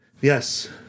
Yes